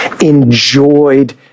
enjoyed